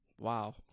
Wow